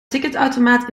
ticketautomaat